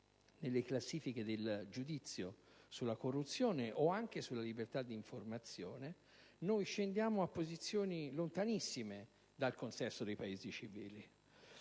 nelle classifiche del giudizio sulla corruzione od anche sulla libertà di informazione, noi scendiamo a posizioni lontanissime dal consesso dei Paesi civili.